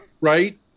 Right